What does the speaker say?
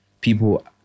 people